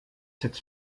cette